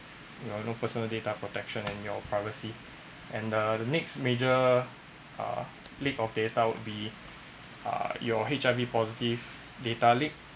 you know no personal data protection and your privacy and the next major uh leak of data would be err your H_I_V positive data leak